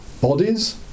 bodies